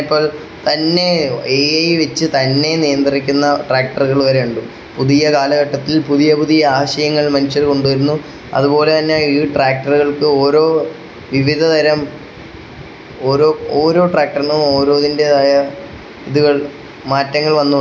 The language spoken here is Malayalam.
എൻ്റെ സ്കൂളെന്ന് പറഞ്ഞാൽ ഗ്രാമത്തിലാണ് ഗ്രാമത്തിൽ അതായത് ഒരു വയൽ അതായത് നല്ല ഒരു വയലിൻ്റെ സൈഡിൽ കൂടെ കണ്ടത്തിൽ കൂടെ രാവിലെ ഞാനും എൻ്റെ കൂട്ടുകാരും കൂടെ ഓടിപ്പോവും പത്ത് മണിക്ക് ക്ലാസ്സിൽ കയറാൻ അതായത് ഒരു ഗ്രാമീണ സ്കൂളാണ് എൻ്റേത് അതുപോലെ ഗ്രാമമാണ് എൻ്റെ നാട്